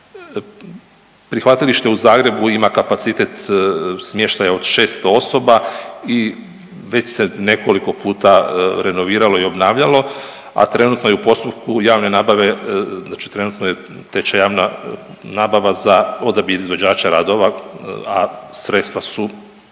Prihvatilište u Zagrebu ima kapacitet smještaja od 600 osoba i već se nekoliko puta renoviralo i obnavljalo, a trenutno je u postupku javne nabave, znači trenutno je, te će javna nabava za odabir izvođača radova, a sredstva su